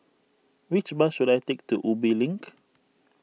which bus should I take to Ubi Link